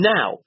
Now